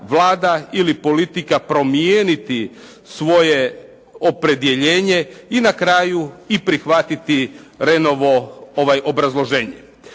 ili politika promijeniti svoje opredjeljenje i na kraju prihvatiti Rehnovo obrazloženje